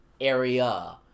area